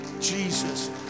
jesus